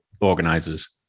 organizers